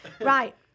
Right